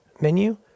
menu